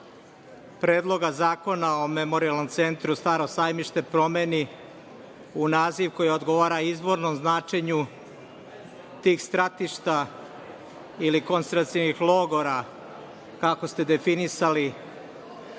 Predloga zakona o Memorijalnom centru „Staro Sajmište“ promeni u naziv koji odgovara izvornom značenju tih stratišta ili koncentracionih logora, kako ste definisali,